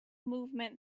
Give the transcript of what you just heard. movement